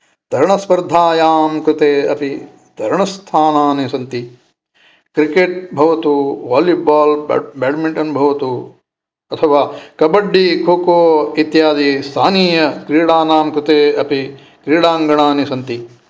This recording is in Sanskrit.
तरणस्पर्धायां कृते अपि तरणस्थानानि सन्ति क्रीक्रेट् भवतु वालिबाल् बेड्मिण्टन् भवतु अथवा कबड्डि खो खो इत्यादि स्थानीय क्रीडाणां कृते अपि क्रीडाङ्गणानि सन्ति